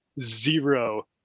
zero